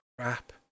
crap